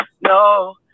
no